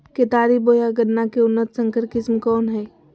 केतारी बोया गन्ना के उन्नत संकर किस्म कौन है?